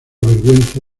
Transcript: vergüenza